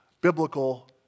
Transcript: biblical